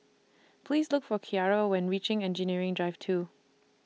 Please Look For Kiara when reaching Engineering Drive two